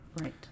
Right